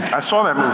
i saw that movie.